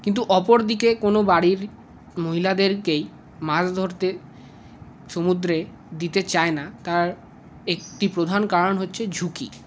কিন্তু অপরদিকে কোনো বাড়ির মহিলাদেরকেই মাছ ধরতে সমুদ্রে দিতে চায় না তার একটি প্রধান কারণ হচ্ছে ঝুঁকি